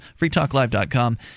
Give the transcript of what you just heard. freetalklive.com